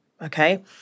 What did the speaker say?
Okay